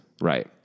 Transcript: Right